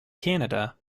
canada